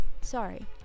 sorry